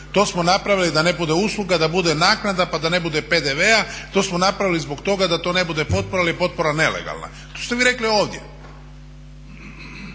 To smo napravili da ne bude usluga, da bude naknada pa da ne bude PDV-a, to smo napravili zbog toga da to ne bude potpora jer je potpora nelegalna. To ste vi rekli ovdje.